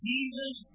Jesus